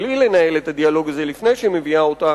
בלי לנהל את הדיאלוג הזה לפני שהיא מביאה אותה,